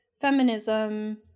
feminism